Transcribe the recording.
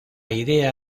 idea